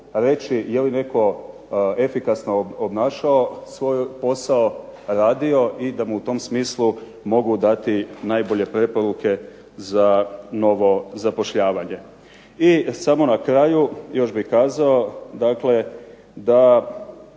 reći je li netko efikasno obnašao svoj posao, radio i da mu u tom smislu mogu dati najbolje preporuke za novo zapošljavanje. I na kraju još bih kazao